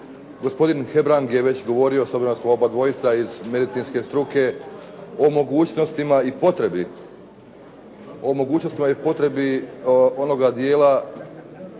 gospodin Hebrang je već govorio, s obzirom da smo obadvoje iz medicinske struke o mogućnostima i potrebi onoga dijela